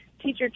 teacher